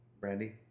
Brandy